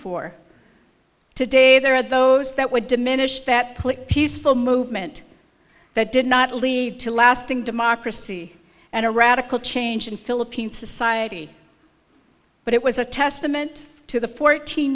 for today there are those that would diminish that police peaceful movement that did not lead to lasting democracy and a radical change in philippine society but it was a testament to the fourteen